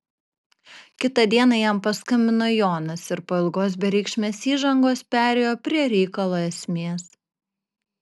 kitą dieną jam paskambino jonas ir po ilgos bereikšmės įžangos perėjo prie reikalo esmės